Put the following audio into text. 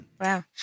Wow